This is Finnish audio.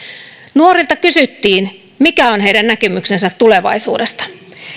nuorilta kysyttiin mikä on heidän näkemyksensä tulevaisuudesta